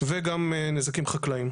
וגם נזקים חקלאיים.